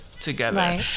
together